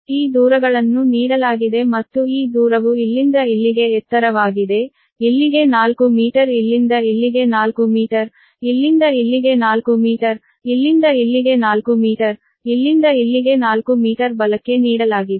ಈ ಡಿಸ್ಟೆನ್ಸ್ ಗಳನ್ನು ನೀಡಲಾಗಿದೆ ಮತ್ತು ಈ ಡಿಸ್ಟೆನ್ಸ್ ಇಲ್ಲಿಂದ ಇಲ್ಲಿಗೆ ಎತ್ತರವಾಗಿದೆ ಇಲ್ಲಿಗೆ 4 ಮೀಟರ್ ಇಲ್ಲಿಂದ ಇಲ್ಲಿಗೆ 4 ಮೀಟರ್ ಇಲ್ಲಿಂದ ಇಲ್ಲಿಗೆ 4 ಮೀಟರ್ ಇಲ್ಲಿಂದ ಇಲ್ಲಿಗೆ 4 ಮೀಟರ್ ಇಲ್ಲಿಂದ ಇಲ್ಲಿಗೆ 4 ಮೀಟರ್ ಬಲಕ್ಕೆ ನೀಡಲಾಗಿದೆ